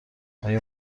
مایه